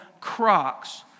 Crocs